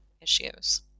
issues